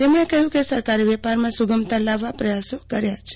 તેમણે કહ્યું કે સરકારે વેપારમાં સુગમતા લાવવા પ્રયાસો કર્યા છે